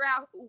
out